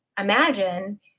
imagine